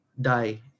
die